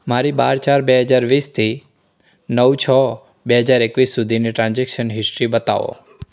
મારી બાર ચાર બે હજાર વીસથી નવ છ બે હજાર એકવીસ સુધીની ટ્રાન્ઝેક્શન હિસ્ટ્રી બતાવો